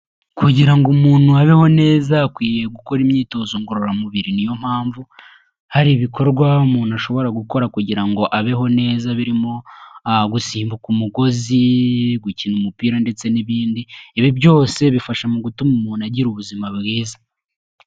Kugira ngo umuntu abeho neza akwiriye gukora imyitozo ngororamubiri, niyo mpamvu hari ibikorwa umuntu ashobora gukora kugira ngo abeho neza birimo gusimbuka umugozi, gukina umupira ndetse n'ibindi, ibi byose bifasha mu gutuma umuntu agira ubuzima bwiza.